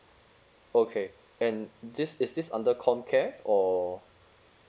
okay and this is this under comcare or